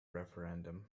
referendum